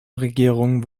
regierung